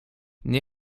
nie